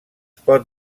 pot